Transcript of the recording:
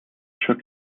shook